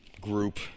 group